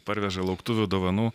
parveža lauktuvių dovanų